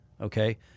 okay